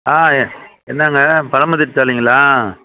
ஆ என்னாங்க பழமுதிர்சோலைங்களா